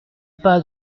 pas